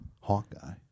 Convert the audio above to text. Hawkeye